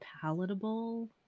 palatable